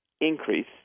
increase